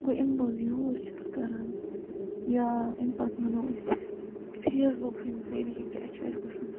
گوٚو امہِ بٕز یوٗز چھَس کَران یا امہِ پَتہٕ وَنو أسۍ فیس بُک ہٕنٛدۍ ذٔریعہِ کیٛاہ چھُ اَسہِ گَژھان